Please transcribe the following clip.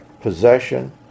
possession